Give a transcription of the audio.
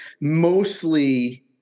mostly